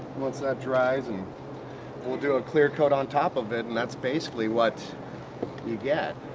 once that dries and we'll we'll do a clear coat on top of it and that's basically what we get.